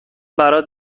برات